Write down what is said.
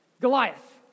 Goliath